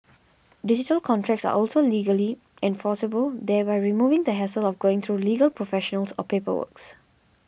digital contracts are also legally enforceable thereby removing the hassle of going through legal professionals or paperwork's